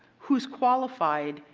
who is qualified?